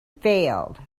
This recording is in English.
failed